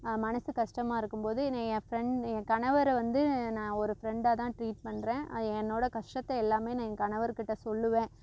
மனது கஷ்டமா இருக்கும்போது நான் என் ஃப்ரெண்ட் என் கணவரை வந்து நான் ஒரு ஃப்ரெண்டாகதான் ட்ரீட் பண்ணுறேன் அது என்னோடய கஷ்டத்தை எல்லாமே நான் என் கணவர்கிட்டே சொல்லுவேன்